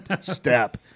step